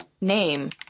Name